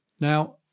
Now